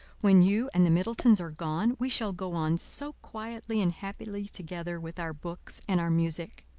when you and the middletons are gone, we shall go on so quietly and happily together with our books and our music!